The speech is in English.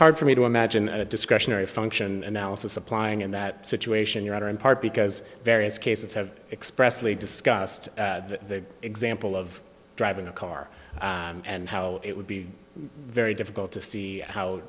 hard for me to imagine at a discretionary function and alice is applying in that situation you are in part because various cases have expressly discussed the example of driving a car and how it would be very difficult to see how